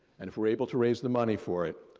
and if we're able to raise the money for it,